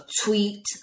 tweet